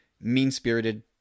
mean-spirited